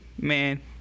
man